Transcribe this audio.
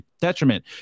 detriment